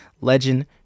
Legend